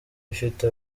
gifite